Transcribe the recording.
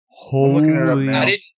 Holy